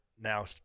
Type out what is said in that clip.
now